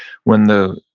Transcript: when the,